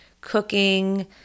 cooking